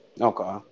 Okay